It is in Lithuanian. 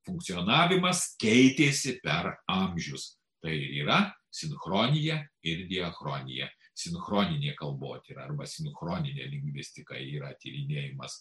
funkcionavimas keitėsi per amžius tai yra sinchronija ir diachronija sinchroninė kalbotyra arba sinchroninė lingvistika yra tyrinėjimas